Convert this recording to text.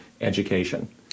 education